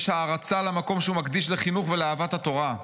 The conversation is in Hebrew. יש הערצה למקום שהוא מקדיש לחינוך ולאהבת התורה.